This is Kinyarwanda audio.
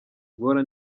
guhora